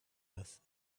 earth